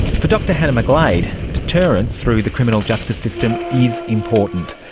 for dr hannah mcglade, deterrence through the criminal justice system is important,